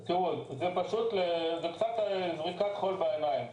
זה קצת זריית חול בעיניים,